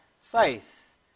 faith